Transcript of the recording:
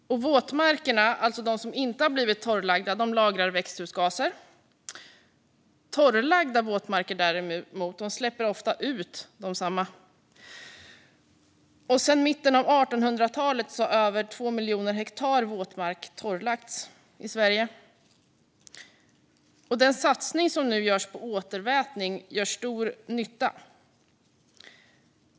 Våtmarkerna - alltså de som inte har blivit torrlagda - lagrar växthusgaser. Torrlagda våtmarker, däremot, släpper ofta ut desamma. Sedan mitten av 1800-talet har över 2 miljoner hektar våtmark torrlagts i Sverige. Den satsning som nu görs på återvätning gör alltså stor nytta.